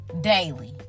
daily